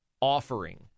offering